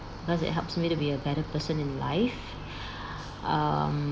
because it helps me to be a better person in life um